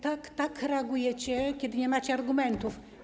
Tak reagujecie, kiedy nie macie argumentów.